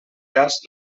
cas